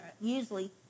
usually